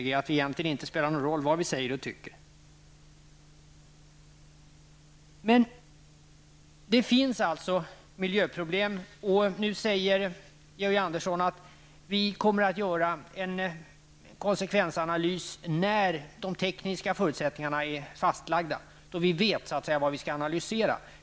Då spelar det egentligen ingen roll vad vi säger och tycker. Men det finns alltså miljöproblem, och nu säger Georg Andersson att vi kommer att göra en konsekvensanalys när de tekniska förutsättningarna är fastlagda, då vi så att säga vet vad vi skall analysera.